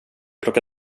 plocka